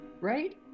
Right